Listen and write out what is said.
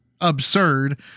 absurd